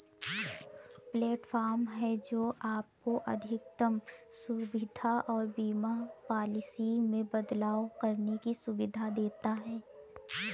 platform है, जो आपको अधिकतम सुविधा और बीमा पॉलिसी में बदलाव करने की सुविधा देता है